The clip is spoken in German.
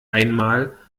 einmal